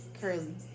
curly